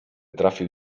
trafił